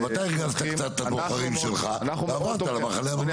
אתה הרגזת קצת את הבוחרים שלך ועברת למחנה הממלכתי.